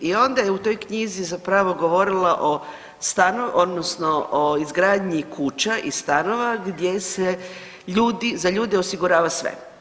I onda je u toj knjizi zapravo govorila o stanu odnosno o izgradnji kuća i stanova gdje se ljudi za ljude osigurava sve.